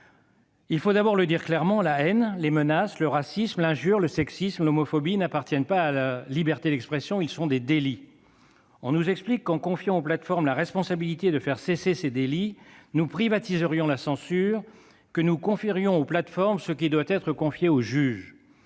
Il faut d'abord le dire clairement : la haine, les menaces, le racisme, l'injure, le sexisme, l'homophobie ne relèvent pas de la liberté d'expression ; ce sont des délits. On nous explique qu'en donnant aux plateformes la responsabilité de faire cesser ces délits nous privatiserions la censure, nous leur confierions ce qui doit être confié au juge.